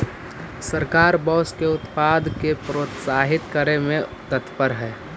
सरकार बाँस के उत्पाद के प्रोत्साहित करे में तत्पर हइ